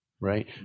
right